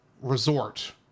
resort